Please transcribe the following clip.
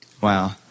Wow